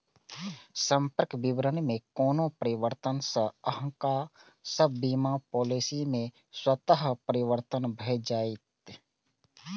संपर्क विवरण मे कोनो परिवर्तन सं अहांक सभ बीमा पॉलिसी मे स्वतः परिवर्तन भए जाएत